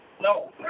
No